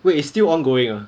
wait it's still ongoing ah